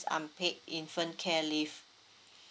unpaid infant care leave